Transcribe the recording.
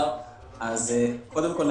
קודם כל,